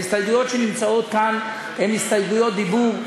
ההסתייגויות שנמצאות כאן הן הסתייגויות דיבור.